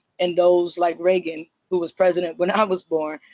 and those like reagan, who was president when i was born,